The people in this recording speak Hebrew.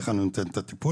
איך אני נותנת את הטיפול,